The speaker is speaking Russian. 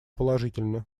положительны